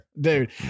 Dude